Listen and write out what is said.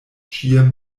ĉie